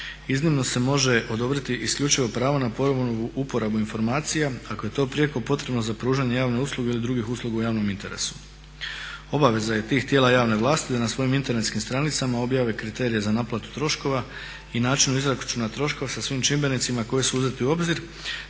iznimno se može odobriti isključivo pravo na ponovnu uporabu informacija ako je to prijeko potrebno za pružanje javne usluge ili drugih usluga u javnom interesu. Obaveza je tih tijela javne vlasti da na svojim internetskim stranicama objave kriterije za naplatu troškova i načinu izračuna troškova sa svim čimbenicima koji su uzeti u obzir,